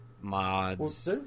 mods